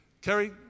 Kerry